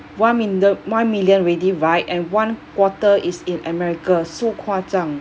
one minde~ one million already right and one quarter is in america so 夸张